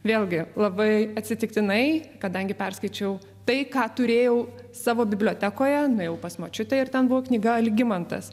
vėlgi labai atsitiktinai kadangi perskaičiau tai ką turėjau savo bibliotekoje nuėjau pas močiutę ir ten buvo knyga algimantas